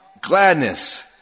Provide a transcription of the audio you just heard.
gladness